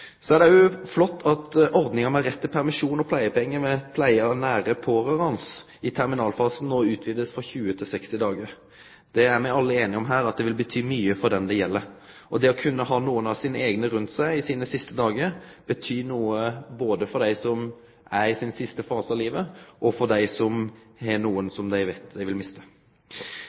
er òg flott at ordninga med rett til permisjon og pleiepengar ved pleie av nære pårørande i terminalfasen no blir utvida frå 20 til 60 dagar. Det er me alle her einige om vil bety mykje for den det gjeld. Det å kunne ha nokre av sine eigne rundt seg i sine siste dagar betyr noko både for dei som er i siste fase av livet, og for dei som har nokon som dei veit dei vil miste.